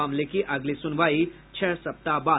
मामले की अगली सुनवाई छह सप्ताह बाद होगी